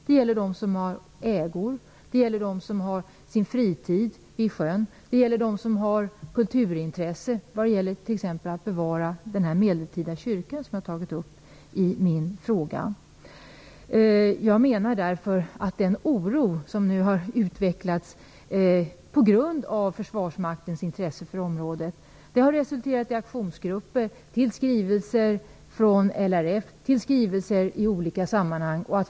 Det gäller personer som har sina ägor i området, personer som tillbringar sin fritid vid sjön och personer som har ett kulturintresse t.ex. att bevara den medeltida kyrka som jag berörde i min fråga. Den oro som har utvecklats på grund av försvarsmaktens intresse för området har resulterat i aktionsgrupper och i skrivelser från LRF och andra organisationer.